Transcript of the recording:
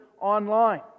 online